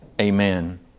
Amen